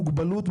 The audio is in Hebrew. מוגבלות,